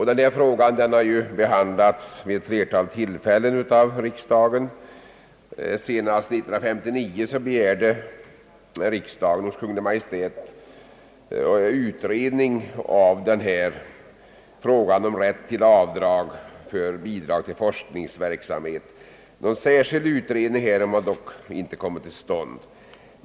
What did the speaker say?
Den här frågan har behandlats av riksdagen vid ett flertal tillfällen, och senast 1959 begärde riksdagen hos Kungl. Maj:t en utredning om rätt till avdrag för bidrag till forskningsverksämhet. Någon särskild utredning härom har dock inte kommit till stånd.